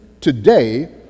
today